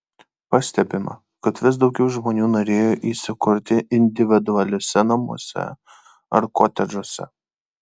pastebima kad vis daugiau žmonių norėjo įsikurti individualiuose namuose ar kotedžuose